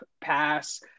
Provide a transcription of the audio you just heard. pass